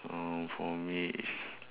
uh for me is